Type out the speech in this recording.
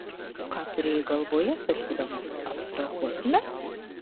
ką turėjai galvoje sakydamas abstrahuosime